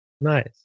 Nice